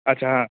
अच्छा हां